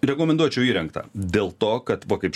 rekomenduočiau įrengtą dėl to kad va kaip